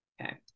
okay